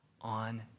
on